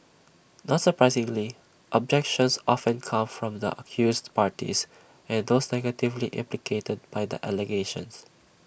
not surprisingly objections often come from the accused parties and those negatively implicated by the allegations